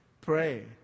Pray